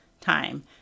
time